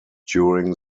during